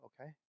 okay